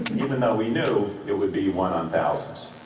even though we knew it would be one on thousands.